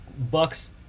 bucks